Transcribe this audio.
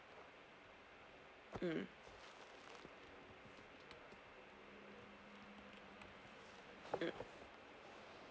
mm mm